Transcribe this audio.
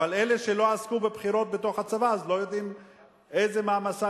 אבל אלה שלא עסקו בבחירות בתוך הצבא לא יודעים איזה מעמסה